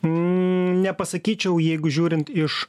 nepasakyčiau jeigu žiūrint iš